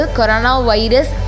coronavirus